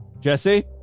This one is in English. Jesse